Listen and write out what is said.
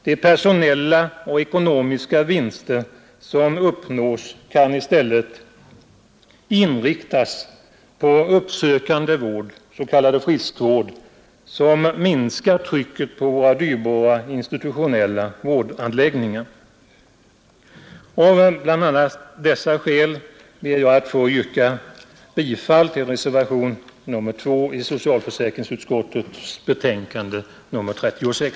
De personella och ekonomiska vinster som uppnås kan i stället inriktas på uppsökande vård — s.k. friskvård — som minskar trycket på våra dyrbara institutionella vårdanläggningar. Av bl.a. dessa skäl ber jag, herr talman, att få yrka bifall till reservationen B i socialförsäkringsutskottets betänkande nr 36.